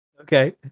Okay